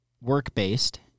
work-based